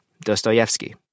Dostoevsky